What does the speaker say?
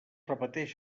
repeteix